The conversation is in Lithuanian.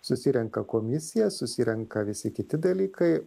susirenka komisija susirenka visi kiti dalykai